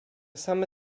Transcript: same